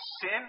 sin